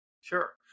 Sure